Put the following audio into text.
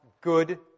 good